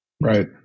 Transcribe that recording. right